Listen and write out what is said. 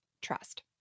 trust